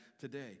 today